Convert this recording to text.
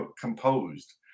composed